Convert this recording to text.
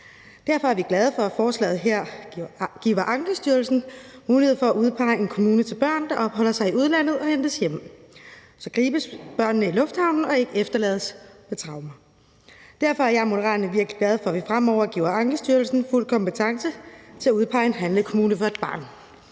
Derfor er vi glade for, at forslaget her giver Ankestyrelsen mulighed for at udpege en kommune til børn, der opholder sig i udlandet og hentes hjem, så børnene gribes i lufthavnen og ikke skal efterlades med traumer. Derfor er jeg og Moderaterne virkelig glade for, at vi fremover giver Ankestyrelsen fuld kompetence til at udpege en handlekommune for et barn.